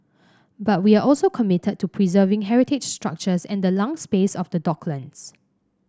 but we are also committed to preserving heritage structures and the lung space of the docklands